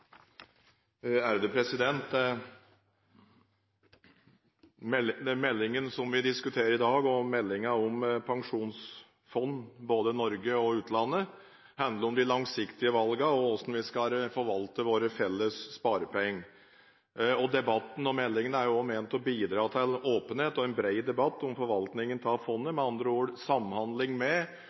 langsiktige valgene og hvordan vi skal forvalte våre felles sparepenger. Debatten og meldingen er også ment å bidra til åpenhet og en bred debatt om forvaltningen av fondet, med andre ord: samhandling med